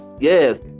yes